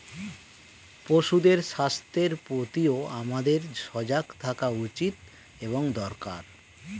পশুদের স্বাস্থ্যের প্রতিও আমাদের সজাগ থাকা উচিত এবং দরকার